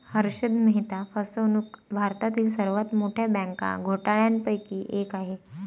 हर्षद मेहता फसवणूक भारतातील सर्वात मोठ्या बँक घोटाळ्यांपैकी एक आहे